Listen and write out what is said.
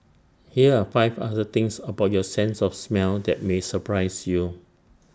here are five other things about your sense of smell that may surprise you